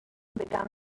began